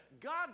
God